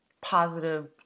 positive